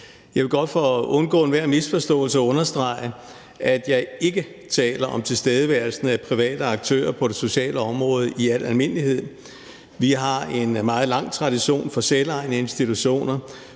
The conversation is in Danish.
Jeg vil godt for at undgå enhver misforståelse understrege, at jeg ikke taler om tilstedeværelsen af private aktører på det sociale område i al almindelighed. Vi har en meget lang tradition for at have selvejende institutioner,